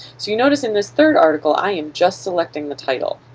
so you notice in this third article i am just selecting the title.